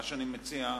מה שאני מציע,